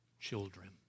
children